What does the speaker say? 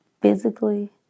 physically